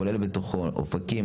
שהוא כולל בתוכו את אופקים,